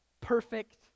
perfect